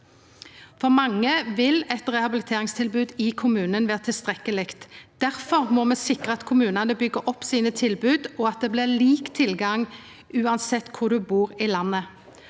For mange vil eit rehabiliteringstilbod i kommunen vera tilstrekkeleg. Difor må me sikra at kommunane byggjer opp tilboda sine, og at det blir lik tilgang uansett kvar i landet